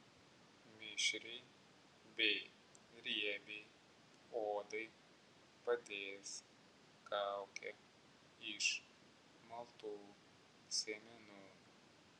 mišriai bei riebiai odai padės kaukė iš maltų sėmenų